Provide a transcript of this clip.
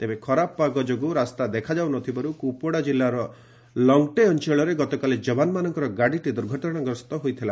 ତେବେ ଖରାପ ପାଗ ଯୋଗୁଁ ରାସ୍ତା ଦେଖାଯାଉନଥିବାରୁ କୁପୱାଡା ଜିଲ୍ଲାର ଲଙ୍ଗଟେ ଅଞ୍ଚଳରେ ଗତକାଲି ଯବାନମାନଙ୍କର ଗାଡ଼ିଟି ଦୁର୍ଘଟଣା ଗ୍ରସ୍ତ ହୋଇଥିଲା